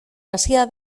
hasia